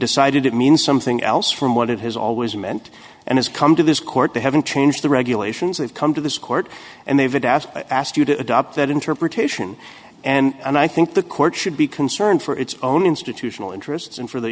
decided it means something else from what it has always meant and has come to this court they haven't changed regulations they've come to this court and they've asked i asked you to adopt that interpretation and i think the court should be concerned for its own institutional interests and for the